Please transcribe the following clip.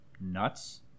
nuts